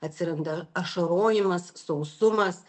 atsiranda ašarojimas sausumas